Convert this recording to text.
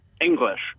English